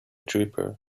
trooper